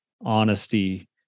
honesty